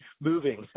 moving